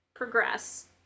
progress